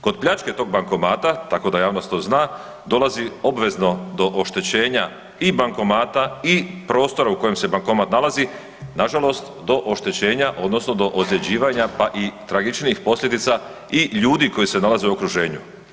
Kod pljačke tog bankomata tako da javnost to zna dolazi obvezno do oštećenja i bankomata i prostora u kojem se bankomat nalazi, na žalost do oštećenja odnosno do ozljeđivanja pa i tragičnijih posljedica i ljudi koji se nalaze u okruženju.